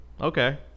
Okay